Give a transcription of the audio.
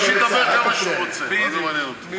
תן לו שידבר כמה שהוא רוצה, מה זה מעניין אותי.